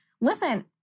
listen